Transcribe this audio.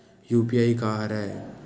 UPI का हरय?